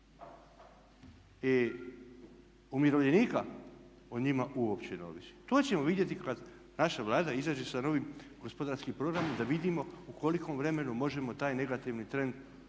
i umirovljenika o njima uopće ne ovisi. To ćemo vidjeti kad naša Vlada izađe sa novim gospodarskim programom i da vidimo u kolikom vremenu možemo taj negativni trend